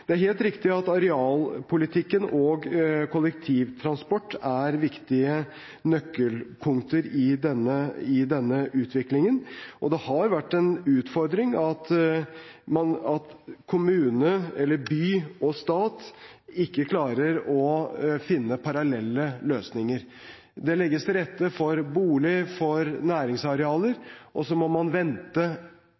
Det er helt riktig at arealpolitikk og kollektivtransport er viktige nøkkelpunkter i denne utviklingen. Det har vært en utfordring at kommune/by og stat ikke klarer å finne parallelle løsninger. Det legges til rette for boliger og næringsarealer,